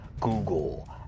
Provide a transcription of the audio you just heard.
Google